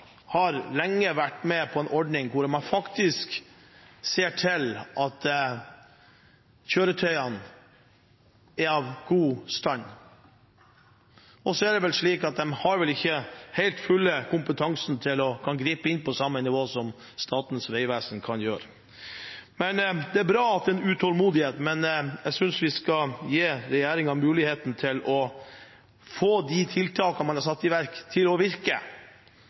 har lenge vært med på en ordning hvor de faktisk ser til at kjøretøyene er i god stand, men det er vel slik at de ikke helt har kompetanse til å kunne gripe inn på samme nivå som Statens vegvesen kan gjøre. Det er bra at det er en utålmodighet, men jeg synes vi skal gi regjeringen muligheten til å få de tiltakene man har satt i verk, til å virke,